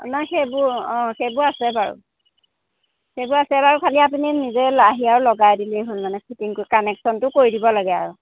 নাই সেইবোৰ অঁ সেইবোৰ আছে বাৰু সেইবোৰ আছে বাৰু খালি আপুনি নিজে আহি আৰু লগাই দিলেই হ'ল মানে ফিটিঙটো কানেকশ্যনটো কৰি দিব লাগে আৰু